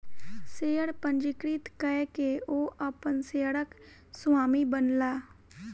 share पंजीकृत कय के ओ अपन शेयरक स्वामी बनला